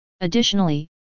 Additionally